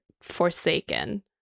forsaken